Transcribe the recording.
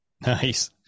Nice